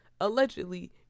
Allegedly